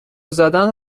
زدن